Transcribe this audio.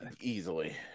Easily